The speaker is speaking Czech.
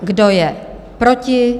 Kdo je proti?